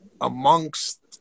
amongst